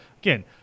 Again